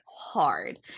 Hard